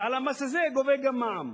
ועל המס הזה גובה גם מע"מ.